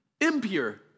impure